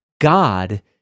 God